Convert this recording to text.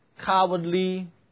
cowardly